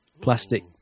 plastic